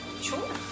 Sure